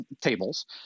tables